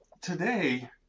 today